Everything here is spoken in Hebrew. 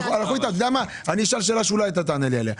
אתה יודע מה אני אשאל שאלה שאולי אתה תענה לי עליה,